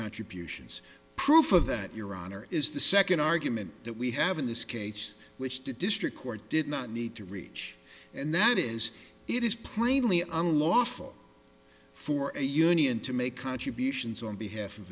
contributions proof of that your honor is the second argument that we have in this case which the district court did not need to reach and that is it is plainly unlawful for a union to make contributions on behalf of